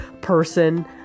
person